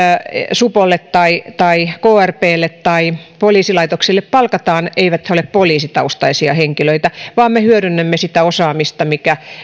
supolle tai tai krplle tai poliisilaitoksille palkataan ole poliisitaustaisia henkilöitä vaan me hyödynnämme sitä osaamista mikä